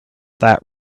that